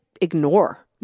ignore